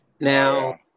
Now